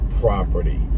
property